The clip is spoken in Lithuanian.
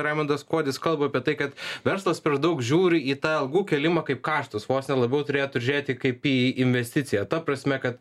raimundas kuodis kalba apie tai kad verslas per daug žiūri į tą algų kėlimą kaip kaštus vos ne labiau turėtų žiūrėti kaip į investiciją ta prasme kad